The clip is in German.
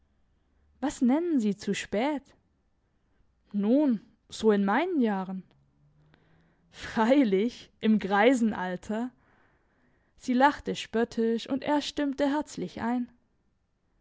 was nennen sie zu spät nun so in meinen jahren freilich im greisenalter sie lachte spöttisch und er stimmte herzlich ein